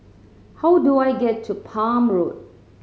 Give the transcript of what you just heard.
how do I get to Palm Road